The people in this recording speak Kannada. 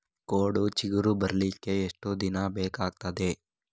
ಕೋಡು ಚಿಗುರು ಬರ್ಲಿಕ್ಕೆ ಎಷ್ಟು ದಿನ ಬೇಕಗ್ತಾದೆ?